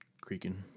creaking